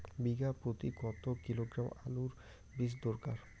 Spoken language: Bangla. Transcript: বিঘা প্রতি কত কিলোগ্রাম আলুর বীজ দরকার?